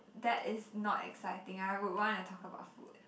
that is not exciting I would wanna talk about food